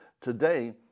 Today